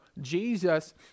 Jesus